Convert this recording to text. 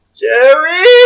Jerry